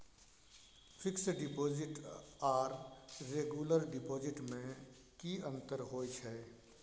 Fix deposit आर regular deposit में की अंतर होय छै?